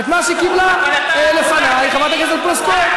את מה שקיבלה לפני חברת הכנסת פלוסקוב.